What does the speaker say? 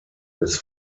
des